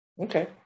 Okay